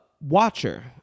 watcher